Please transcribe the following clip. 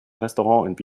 restaurant